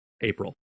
April